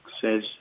says